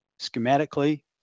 schematically